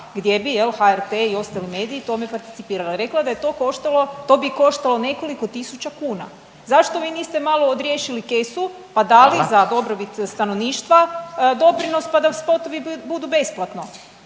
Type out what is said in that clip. gdje bi jel HRT i ostali mediji u tome participirali. Rekla je da je to koštalo, to bi ih koštalo nekoliko tisuća kuna. Zašto vi niste malo odriješili kesu pa dali za …/Upadica: Hvala./… dobrobit stanovništva doprinos pa da spotovi budu besplatno.